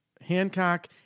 Hancock